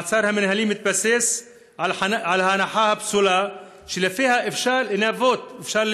המעצר המינהלי מתבסס על ההנחה הפסולה שלפיה אפשר